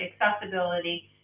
accessibility